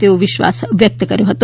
તેવો વિશ્વાસ વ્યક્ત કર્યો હતો